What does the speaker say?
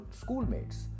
schoolmates